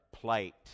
plight